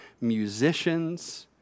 musicians